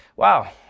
Wow